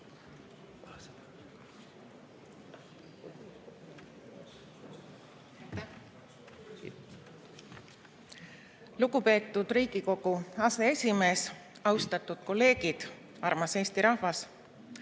Lugupeetud Riigikogu aseesimees! Austatud kolleegid! Armas Eesti rahvas!